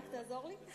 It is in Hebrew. רק תעזור לי.